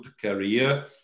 career